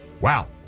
Wow